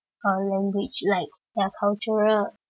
or language like their cultural